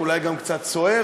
אולי גם קצת סוער,